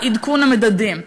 עדכון המדדים: